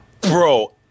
Bro